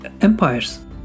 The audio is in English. empires